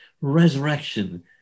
resurrection